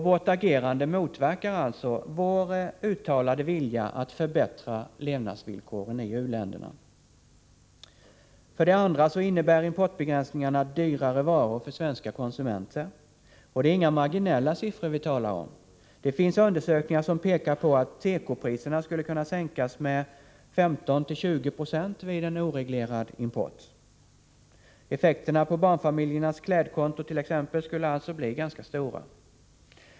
Vårt agerande motverkar alltså vår uttalade vilja att förbättra levnadsvillkoren i u-länderna. För det andra innebär importbegränsningarna dyrare varor för svenska konsumenter. Det är inga marginella siffror vi talar om. Det finns undersökningar som pekar på att tekopriserna skulle kunna sänkas med 15-20 90 vid en oreglerad import. Effekterna på t.ex. barnfamiljernas klädkonto skulle alltså bli ganska stora.